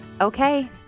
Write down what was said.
Okay